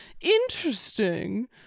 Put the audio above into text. interesting